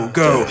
go